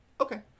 Okay